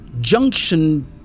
junction